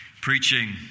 Preaching